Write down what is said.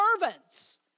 servants